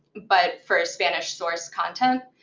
but for spanish source content.